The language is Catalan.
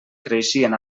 creixien